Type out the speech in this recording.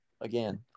again